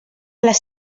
les